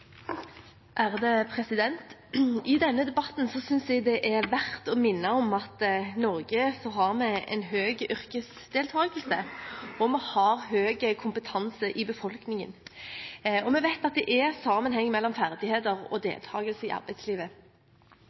verneverdige fag. I denne debatten synes jeg det er verdt å minne om at vi i Norge har en høy yrkesdeltagelse, og det er høy kompetanse i befolkningen. Vi vet at det er sammenheng mellom ferdigheter og deltagelse i arbeidslivet.